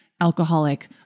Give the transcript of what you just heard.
alcoholic